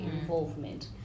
involvement